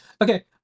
Okay